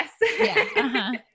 Yes